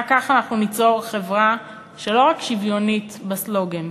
רק ככה אנחנו ניצור חברה שהיא לא רק שוויונית בסלוגן,